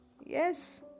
yes